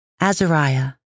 Azariah